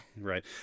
Right